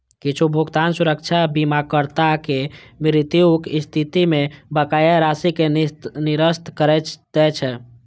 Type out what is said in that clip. किछु भुगतान सुरक्षा बीमाकर्ताक मृत्युक स्थिति मे बकाया राशि कें निरस्त करै दै छै